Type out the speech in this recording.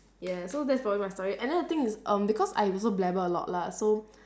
yeah so that's probably my story and then the thing is um because I also blabber a lot lah so